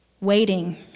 waiting